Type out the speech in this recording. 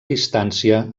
distància